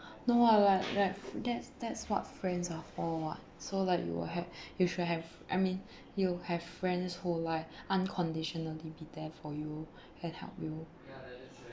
no ah like like that's that's what friends are for [what] so like you'll have you should have I mean you have friends who like unconditionally be there for you and help you